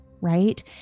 right